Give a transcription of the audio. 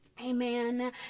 amen